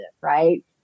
right